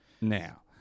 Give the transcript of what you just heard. Now